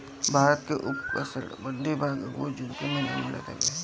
भारत के उपोष्णकटिबंधीय भाग में अंगूर जून के महिना में मिलत हवे